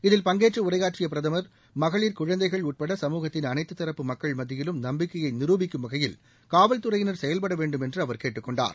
இதில் பங்கேற்று உரையாற்றிய பிரதமர் மகளிர் குழந்தைகள் உட்பட சமுகத்தின் அனைத்து தரப்பு மக்கள் மத்தியிலும் நம்பிக்கையை நிருபிக்கும் வகையில் காவல்துறையினர் செயல்பட வேண்டும் என்று அவர் கேட்டுக்கொண்டார்